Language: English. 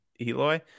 Eloy